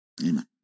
Amen